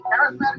charismatic